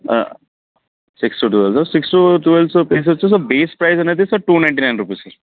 six to twelve six to twelve so piece వచ్చేసి sir base price అనేది sir two ninety nine rupees sir